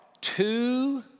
two